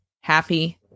happy